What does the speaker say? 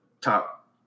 top